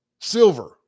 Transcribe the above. Silver